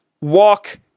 walk